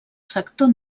sector